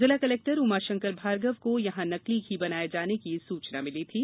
जिला कलेक्टर उमाशंकर भार्गव को यहां नकली घी बनाए जाने की सूचना मिली थी